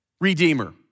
redeemer